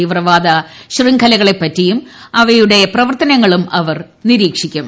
തീപ്പിവ്ദ ശൃഖലകളെപ്പറ്റിയും അവരുടെ പ്രവർത്തനങ്ങളും ഇപ്പൂർ നിരീക്ഷിക്കും